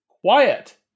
Quiet